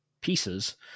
pieces